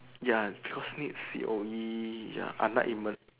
ya because need C_O_E ya unlike